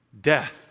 death